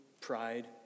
pride